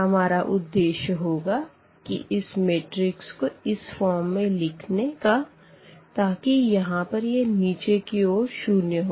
हमारा उद्देश्य होगा कि इस मैट्रिक्स को इस फॉर्म में लिखने का तांकी यहाँ पर यह नीचे की ओर शून्य हो